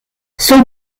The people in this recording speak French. son